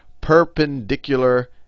perpendicular